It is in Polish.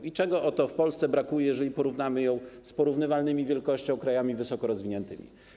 I czego oto w Polsce brakuje, jeżeli porównamy ją z porównywalnymi wielkością krajami wysokorozwiniętymi?